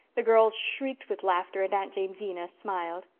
the girls shrieked with laughter and aunt jamesina smiled.